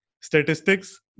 statistics